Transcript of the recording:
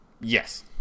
Yes